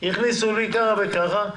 הכניסו לי כך וכך שקלים,